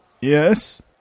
Yes